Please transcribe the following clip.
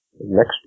Next